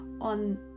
on